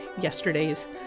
yesterday's